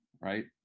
right